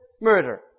murder